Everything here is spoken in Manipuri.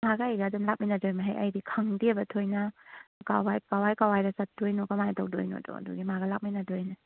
ꯃꯥꯒ ꯑꯩꯒ ꯑꯗꯨꯝ ꯂꯥꯛꯃꯤꯟꯅꯗꯣꯏꯅꯦ ꯍꯦ ꯑꯩꯗꯤ ꯈꯪꯗꯦꯕ ꯊꯣꯏꯅ ꯀꯋꯥꯏ ꯀꯋꯥꯏ ꯀꯋꯥꯏꯗ ꯆꯠꯇꯣꯏꯅꯣ ꯀꯃꯥꯏꯅ ꯇꯧꯗꯣꯏꯅꯣꯗꯣ ꯑꯗꯨꯒꯤ ꯃꯥꯒ ꯂꯥꯛꯃꯤꯟꯅꯗꯣꯏꯅꯦ